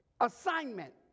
assignment